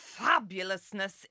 fabulousness